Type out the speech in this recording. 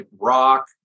rock